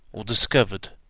or discovered,